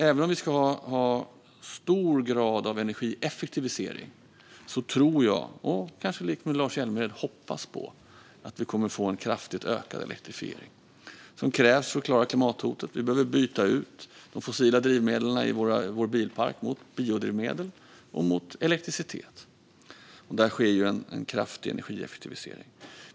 Även om vi ska ha en hög grad av energieffektivisering tror jag, kanske likt vad Lars Hjälmered hoppas på, att vi kommer att få en kraftigt ökad elektrifiering, något som krävs för att klara klimathotet. Vi behöver byta ut de fossila drivmedlen i vår bilpark mot biodrivmedel och mot elektricitet. Där sker ju en kraftig energieffektivisering.